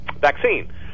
vaccine